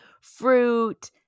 fruit